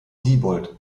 siebold